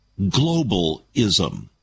globalism